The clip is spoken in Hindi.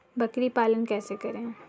बकरी पालन कैसे करें?